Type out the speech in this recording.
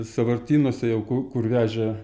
sąvartynuose jau ku kur vežė